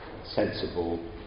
sensible